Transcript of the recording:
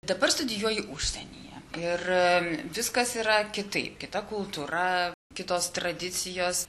dabar studijuoji užsienyje ir viskas yra kitaip kita kultūra kitos tradicijos